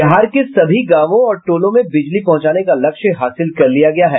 बिहार के सभी गांवों और टोलों में बिजली पहुंचाने का लक्ष्य हासिल कर लिया गया है